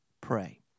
pray